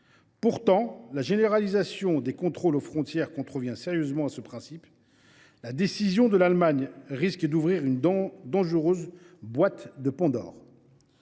Pourtant, la généralisation des contrôles aux frontières contrevient sérieusement à ce principe. La décision de l’Allemagne risque d’ouvrir une dangereuse boîte de Pandore